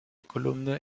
kolumne